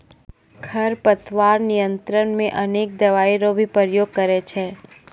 खरपतवार नियंत्रण मे अनेक दवाई रो भी प्रयोग करे छै